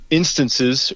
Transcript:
instances